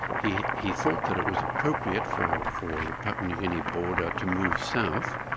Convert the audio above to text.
he he thought that it was appropriate for for the papua new guinea border to move south,